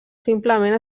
simplement